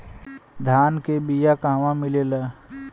धान के बिया कहवा मिलेला?